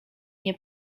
nie